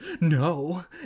No